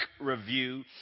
review